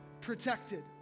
protected